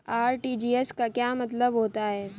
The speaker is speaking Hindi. आर.टी.जी.एस का क्या मतलब होता है?